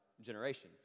generations